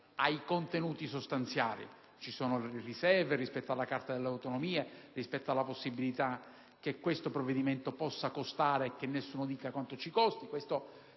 ai contenuti sostanziali. Ci sono riserve rispetto alla Carta delle autonomie e rispetto alla possibilità che questo provvedimento abbia un costo e che nessuno dica quanto potrebbe